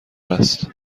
است